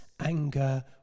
anger